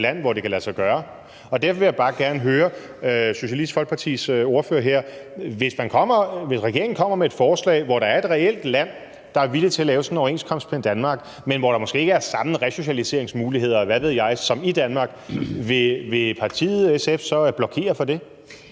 land, hvor det kan lade sig gøre, og derfor vil jeg bare gerne høre Socialistisk Folkepartis ordfører her: Hvis regeringen kom med et forslag, hvor der er et reelt land, der er villig til at lave sådan en overenskomst med Danmark, men hvor der måske ikke er samme resocialiseringsmuligheder, eller hvad ved jeg, som i Danmark, vil partiet SF så blokere for det?